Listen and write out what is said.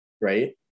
Right